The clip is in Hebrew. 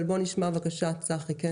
בוא נשמע בבקשה את צחי.